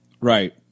right